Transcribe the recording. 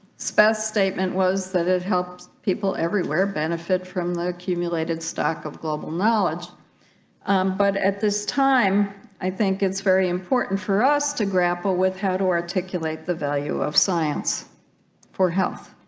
so statement was that it helped people everywhere benefit from the accumulated stock of global knowledge but at this time i think it's very important for us to grapple with how to articulate the value of science for health